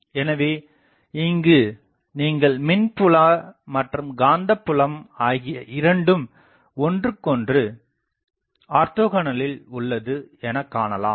எனவே இங்கு நீங்கள் மின்புல மற்றும் காந்தப்புலம் ஆகிய இரண்டும் ஒன்றுக்கொன்று ஆர்தோகனலில் உள்ளது எனக்காணலாம்